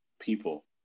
people